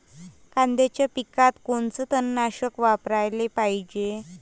कांद्याच्या पिकात कोनचं तननाशक वापराले पायजे?